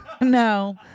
No